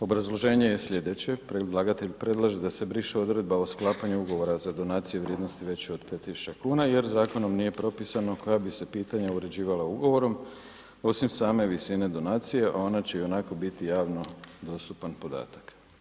Obrazloženje je sljedeće, predlagatelj predlaže da se briše odredba o sklapanju ugovora za donacije u vrijednosti većoj od 5 tisuća kuna jer zakonom nije propisano koja bi se pitanja uređivala ugovorom osim same visine donacije ona će ionako biti javno dostupan podatak.